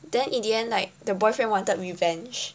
then in the end like the boyfriend wanted revenge